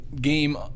game